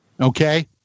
Okay